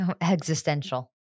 Existential